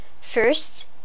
First